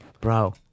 Bro